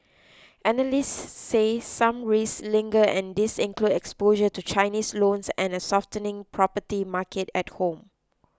analysts say some risks linger and these include exposure to Chinese loans and a softening property market at home